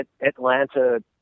Atlanta